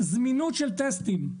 זמינות של טסטים,